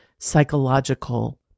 psychological